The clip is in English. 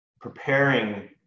preparing